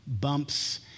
bumps